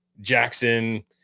Jackson